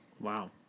Wow